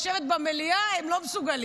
לשבת במליאה הם לא מסוגלים.